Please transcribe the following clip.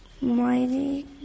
mighty